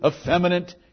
effeminate